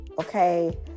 Okay